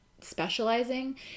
specializing